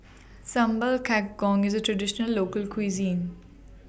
Sambal Kangkong IS A Traditional Local Cuisine